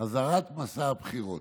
אזהרת מסע הבחירות.